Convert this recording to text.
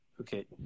Okay